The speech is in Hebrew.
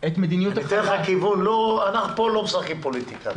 אנחנו לא מדברים פוליטיקה,